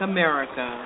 America